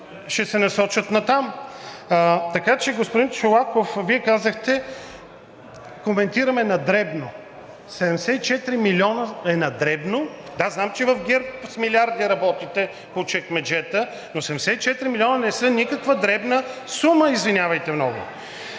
ще се насочат натам. Така че, господин Чолаков, Вие казахте, че коментираме на дребно. Седемдесет и четири милиона е на дребно?! Да, знам, че в ГЕРБ с милиарди работите по чекмеджета, но 74 милиона не са никаква дребна сума, извинявайте много.